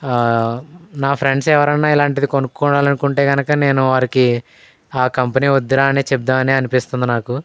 నా ఫ్రెండ్స్ ఎవరైనా ఇలాంటిది కొనుక్కోవాలనుకుంటే కనుక నేను వారికి ఆ కంపెనీ వద్దురా అనే చెబుదామని అనిపిస్తుంది నాకు